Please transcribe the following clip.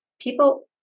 people